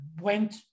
went